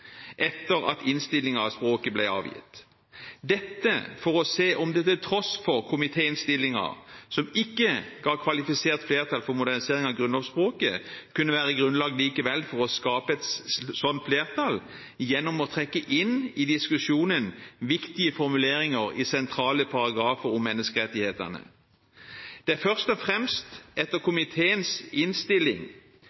etter at innstillingen om språket ble avgitt. Dette for å se om det til tross for komiteinnstillingen, som ikke ga kvalifisert flertall for modernisering av grunnlovsspråket, likevel kunne være grunnlag for å skape et slikt flertall gjennom å trekke inn i diskusjonen viktige formuleringer i sentrale paragrafer om menneskerettighetene. Det er først og fremst etter